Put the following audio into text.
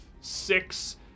six